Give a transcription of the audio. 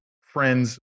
friends